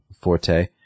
forte